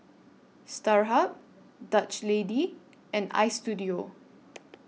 Starhub Dutch Lady and Istudio